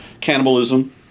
cannibalism